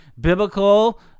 biblical